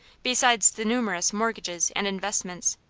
besides the numerous mortgages and investments.